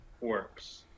works